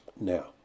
Now